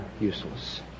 useless